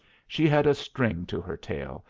she had a string to her tail,